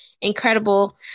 incredible